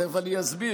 תכף אני אסביר,